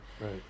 Right